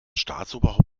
staatsoberhaupt